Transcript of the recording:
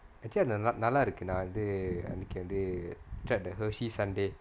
actually நா நல்லா இருக்கு நா வந்து அன்னைக்கு வந்து:naa nallaa irukku naa vanthu annaikku vanthu tried the Hershey's Sundae